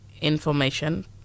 information